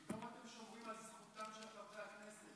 פתאום אתם שומרים על זכותם של חברי הכנסת.